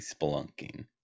Spelunking